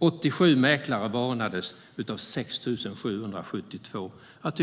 87 av 6 772 mäklare varnades.